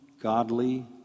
godly